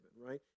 right